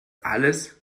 alles